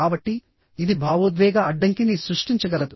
కాబట్టి ఇది భావోద్వేగ అడ్డంకిని సృష్టించగలదు